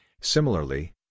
Similarly